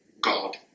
God